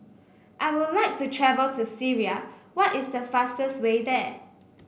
I would like to travel to Syria what is the fastest way there